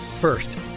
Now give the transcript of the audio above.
First